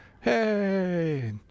hey